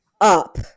up